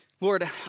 Lord